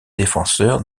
défenseur